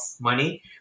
money